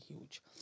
huge